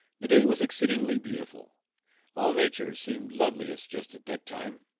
the day was exceedingly beautiful all nature seemed loveliest just at that time,